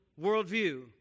worldview